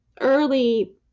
early